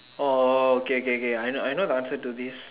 oh okay okay okay I know I know the answer to this